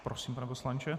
Prosím, pane poslanče.